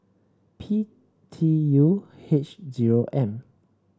P T U H zero M